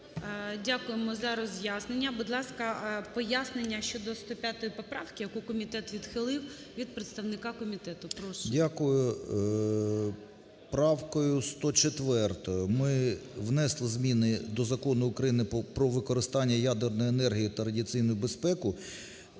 Дякуємо за роз'яснення. Будь ласка, пояснення щодо 105 поправки, яку комітет відхилив від представника комітету, прошу. 13:40:25 КРИШИН О.Ю. Дякую. Правкою 104 ми внесли зміни до Закону України "Про використання ядерної енергії та радіаційну безпеку"